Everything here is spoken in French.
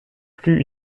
plus